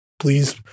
Please